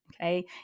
Okay